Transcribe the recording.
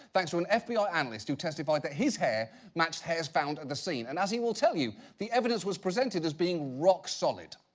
thanks to an fbi ah analyst who testified that his hair matched hairs found at the scene. and as he will tell you, the evidence was presented, as being rock solid.